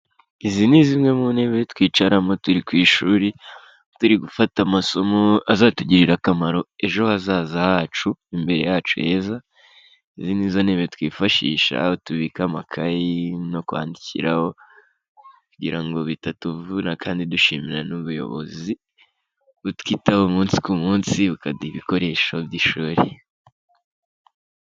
Izi ni zimwe mu ntebe twicaramo turi ku ishuri, turi gufata amasomo azatugirira akamaro ejo hazaza hacu, imbere yacu heza, izi nizo ntebe twifashisha tubika amakayi no kwandikiraho kugira ngo bitatuvuna kandi dushimira n'ubuyobozi butwitaho umunsi ku munsi bukaduha ibikoresho by'ishuri.